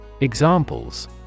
Examples